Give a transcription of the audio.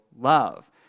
love